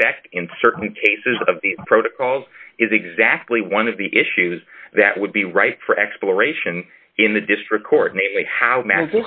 fact in certain cases of the protocols is exactly one of the issues that would be right for exploration in the district court namely how man